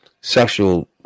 sexual